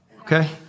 Okay